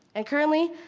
and currently,